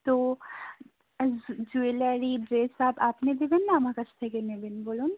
তো jewellery dress সব আপনি দিবেন না আমার কাছ থেকে নেবেন বলুন